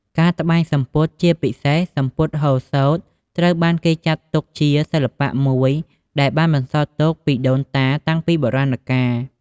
ការត្បាញសំពត់ ពិសេសសំពត់ហូលសូត្រ ត្រូវបានគេចាត់ទុកជាសិល្បៈមួយដែលបានបន្សល់ទុកពីដូនតាតាំងពីបុរាណកាល។